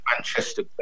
Manchester